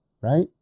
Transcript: right